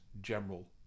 general